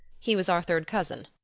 he was our third cousin.